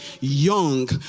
young